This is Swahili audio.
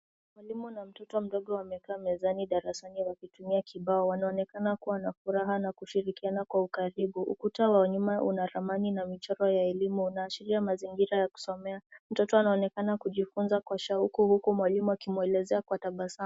Mwalimu na mtoto mdogo wamekaa mezani darasani wakitumia kibao. Wanaonekana kua na furaha na kushirikia kwa ukaribu. Ukuta wa nyuma una ramani na michoro ya elimu. Unaashiria mazingiraya kusomea. Mtoto anaonekana kujifunza kwa shauku, huku mwalimu akimwelezea kwa tabasamu.